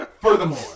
Furthermore